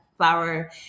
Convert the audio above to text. flower